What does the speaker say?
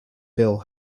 bill